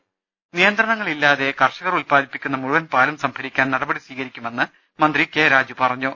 ദർവ്പ്പെടെ ഒര നിയന്ത്രണങ്ങളില്ലാതെ കർഷകർ ഉത്പാദിപ്പിക്കുന്ന മുഴുവൻ പാലും സം ഭരിക്കാൻ നടപടി സ്വീകരിക്കുമെന്ന് മന്ത്രി കെ രാജു പറഞ്ഞു